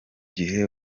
gihe